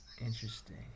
Interesting